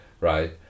right